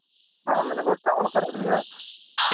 हाँ मैंने कहो चावल क्या रेट दिया है